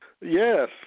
Yes